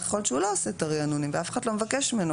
יכול להיות שהוא כבר לא עושה את הריענון ואף אחד לא מבקש ממנו.